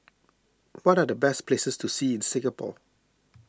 what are the best places to see in Singapore